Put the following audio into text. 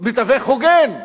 מתווך הוגן?